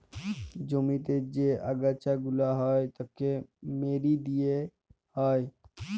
জমিতে যে আগাছা গুলা হ্যয় তাকে মেরে দিয়ে হ্য়য়